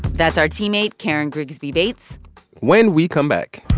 that's our teammate karen grigsby bates when we come back.